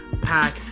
Pack